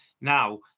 Now